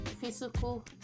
physical